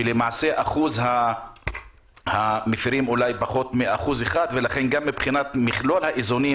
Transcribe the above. שלמעשה אחוז המפרים הוא אולי פחות מ-1% ולכן גם מבחינת מכלול האיזונים,